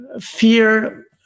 Fear